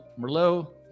merlot